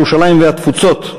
ירושלים והתפוצות,